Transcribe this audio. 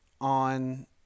on